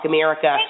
America